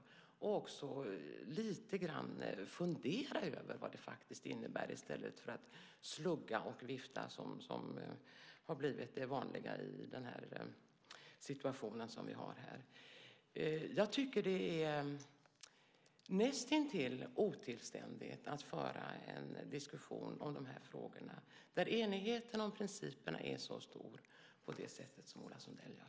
Jag tycker också att han lite grann ska fundera över vad det faktiskt innebär i stället för att slugga och vifta som har blivit det vanliga i den situation som vi har här. Jag tycker att det är näst intill otillständigt att föra en diskussion om dessa frågor på det sätt som Ola Sundell gör när enigheten om principerna är så stor.